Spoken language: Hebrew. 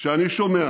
כשאני שומע